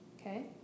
Okay